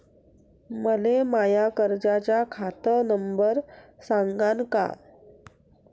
मले माया कर्जाचा खात नंबर सांगान का?